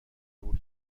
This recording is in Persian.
قبول